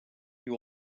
you